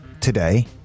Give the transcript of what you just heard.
today